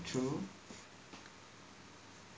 true